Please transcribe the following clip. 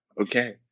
Okay